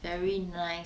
very nice